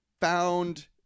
found